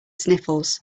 sniffles